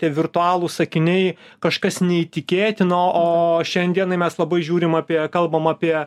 tie virtualūs akiniai kažkas neįtikėtino o šiandienai mes labai žiūrim apie kalbame apie